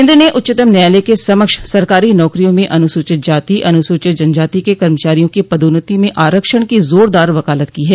केन्द्र ने उच्चतम न्यायालय के समक्ष सरकारी नौकरियों में अनुसूचित जाति अनुसूचित जनजाति के कर्मचारियों की पदोन्नति में आरक्षण की जोरदार वकालत की है